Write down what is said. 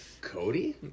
Cody